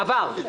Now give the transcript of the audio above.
עבר.